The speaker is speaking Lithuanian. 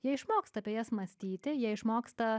jie išmoksta apie jas mąstyti jie išmoksta